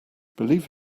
believe